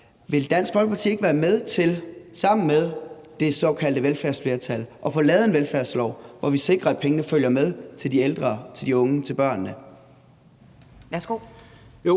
Vil Dansk Folkeparti ikke være med til sammen med det såkaldte velfærdsflertal at få lavet en velfærdslov, hvor vi sikrer, at pengene følger med til de ældre, til de unge og til børnene? Kl.